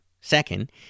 Second